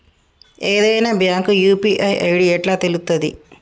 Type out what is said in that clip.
ఏదైనా bank UPI ID ఎట్లా తెలుత్తది?